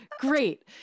Great